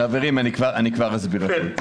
חברים, אני כבר אסביר הכול.